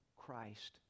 Christ